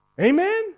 Amen